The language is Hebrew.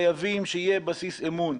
חייבים שיהיה בסיס אמון.